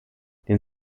den